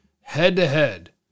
head-to-head